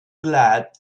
glad